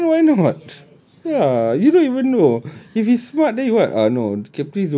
if he can why not ya you don't even know if he smart then then he what ah no